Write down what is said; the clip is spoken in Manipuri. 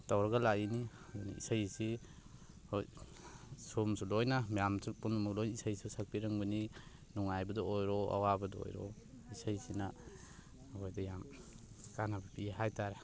ꯇꯧꯔꯒ ꯂꯥꯛꯏꯅꯤ ꯑꯗꯨꯅ ꯏꯁꯩꯁꯤ ꯍꯣꯏ ꯁꯣꯝꯁꯨ ꯂꯣꯏꯅ ꯃꯌꯥꯝꯁꯨ ꯄꯨꯝꯅꯃꯛ ꯂꯣꯏꯅ ꯏꯁꯩ ꯁꯛꯄꯤꯔꯝꯒꯅꯤ ꯅꯨꯡꯉꯥꯏꯕꯗ ꯑꯣꯏꯔꯣ ꯑꯋꯥꯕꯗ ꯑꯣꯏꯔꯣ ꯏꯁꯩꯁꯤꯅ ꯑꯩꯈꯣꯏꯗ ꯌꯥꯝ ꯀꯥꯟꯅꯕ ꯄꯤ ꯍꯥꯏꯇꯥꯔꯦ